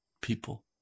people